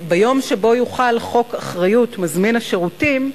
ביום שבו יוחל חוק אחריות מזמין השירותים,